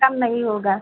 कम नहीं होगा